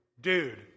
dude